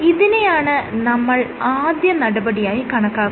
ഇതിനെയാണ് നമ്മൾ ആദ്യ നടപടിയായി കണക്കാക്കുന്നത്